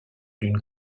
d’une